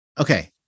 okay